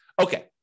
Okay